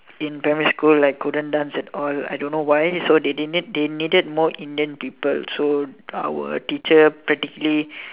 in primary school I couldn't dance at all I don't know why so they need they needed more Indian people so our teacher practically